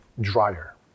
drier